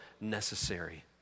necessary